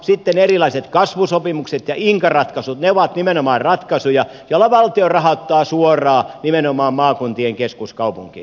sitten erilaiset kasvusopimukset ja inka ratkaisut ovat nimenomaan ratkaisuja joilla valtio rahoittaa suoraan nimenomaan maakuntien keskuskaupunkeja